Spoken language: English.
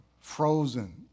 frozen